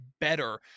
better